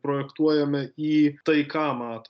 projektuojame į tai ką matom